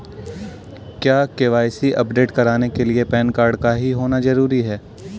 क्या KYC update कराने के लिए पैन कार्ड का ही होना जरूरी है?